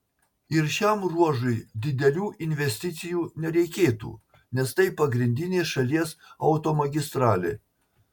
ir šiam ruožui didelių investicijų nereikėtų nes tai pagrindinė šalies automagistralė